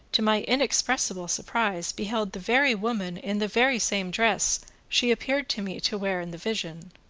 to my inexpressible surprise, beheld the very woman in the very same dress she appeared to me to wear in the vision.